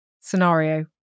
scenario